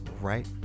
right